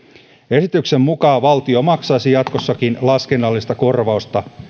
esityksen mukaan valtio maksaisi jatkossakin laskennallista korvausta